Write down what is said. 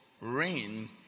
rain